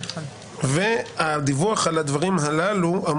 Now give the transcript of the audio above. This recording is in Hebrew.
הדיווח על הדברים הללו,